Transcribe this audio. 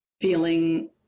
feeling